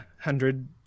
hundred